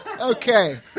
Okay